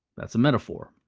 that's a metaphor.